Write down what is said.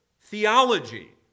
theology